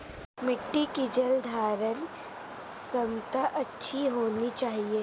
मिट्टी की जलधारण क्षमता अच्छी होनी चाहिए